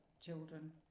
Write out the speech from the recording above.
children